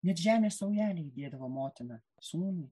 net žemės saujelė įdėdavo motina sūnui